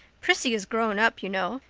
prissy is grown up, you know.